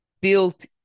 built